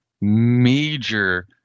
major